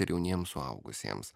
ir jauniems suaugusiems